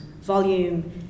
volume